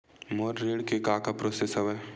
मोर ऋण के का का प्रोसेस हवय?